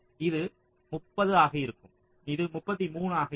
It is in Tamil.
இது 30 ஆக இருக்கும் இது 33 ஆக இருக்கும்